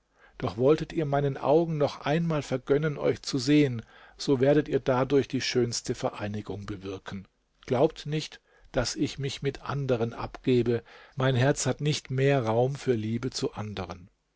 doch wolltet ihr meinen augen noch einmal vergönnen euch zu sehen so werdet ihr dadurch die schönste vereinigung bewirken glaubt nicht daß ich mich mit anderen abgebe mein herz hat nicht mehr raum für liebe zu anderen